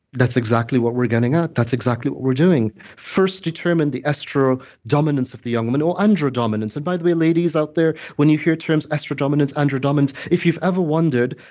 that's exactly what we're getting at, ah that's exactly what we're doing. first determine the estro-dominance of the young woman, or andro-dominance. and by the way, ladies out there, when you hear terms estro-dominance, andro-dominance, if you've ever wondered.